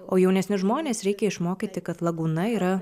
o jaunesnius žmonės reikia išmokyti kad lagūna yra